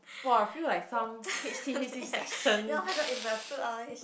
!wah! feel like some H_T_H_T session